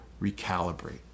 recalibrate